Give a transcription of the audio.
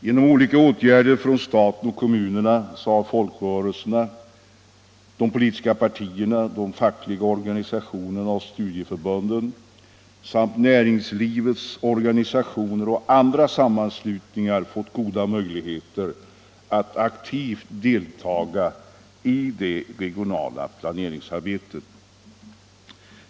Genom olika åtgärder från staten och kommunerna har folkrörelserna — särskilt de politiska partierna, de fackliga organisationerna och studieförbunden — samt näringslivets organisationer och andra sammanslutningar fått goda möjligheter att aktivt deltaga i det regionala planeringsarbetet.